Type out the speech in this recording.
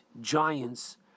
giants